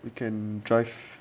you can drive